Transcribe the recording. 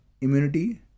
immunity